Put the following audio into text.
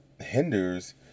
hinders